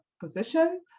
position